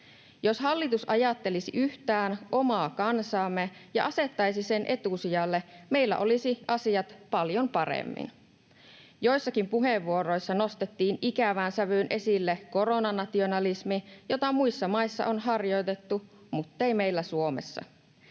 Jos hallitus ajattelisi yhtään omaa kansaamme ja asettaisi sen etusijalle, meillä olisivat asiat paljon paremmin. Joissakin puheenvuoroissa nostettiin ikävään sävyyn esille koronanationalismi, jota muissa maissa on harjoitettu muttei meillä Suomessa.